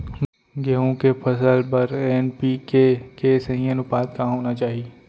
गेहूँ के फसल बर एन.पी.के के सही अनुपात का होना चाही?